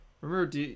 Remember